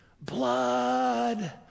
Blood